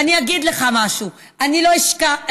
ואני אגיד לך משהו: אני לא אשקוט